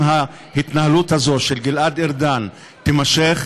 אם ההתנהלות הזאת של גלעד ארדן תימשך,